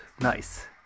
Nice